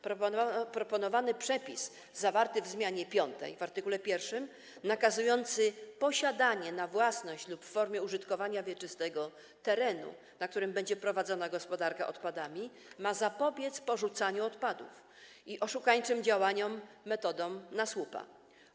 Proponowany przepis zawarty w zmianie 5. w art. 1, nakazujący posiadanie na własność lub w formie użytkowania wieczystego terenu, na którym będzie prowadzona gospodarka odpadami, ma zapobiec porzucaniu odpadów i oszukańczym działaniom metodą: na słupa.